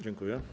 Dziękuję.